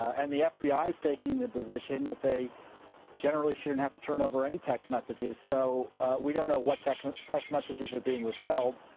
and the fbi is taking the position that they generally shouldn't have to turn over text messages. so we don't know what text text messages are being withheld.